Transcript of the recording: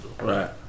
Right